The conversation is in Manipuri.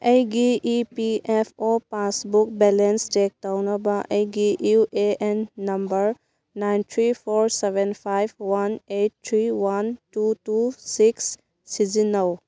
ꯑꯩꯒꯤ E P F O passbook balance check ꯇꯧꯅꯕ ꯑꯩꯒꯤ U A N number nine three four seven five one eight three one two two six ꯁꯤꯖꯤꯟꯅꯧ